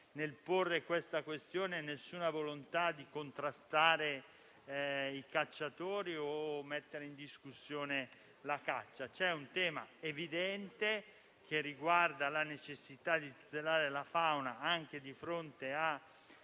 c'è assolutamente alcuna volontà di contrastare i cacciatori o mettere in discussione la caccia. C'è un tema evidente, che riguarda la necessità di tutelare la fauna, anche di fronte a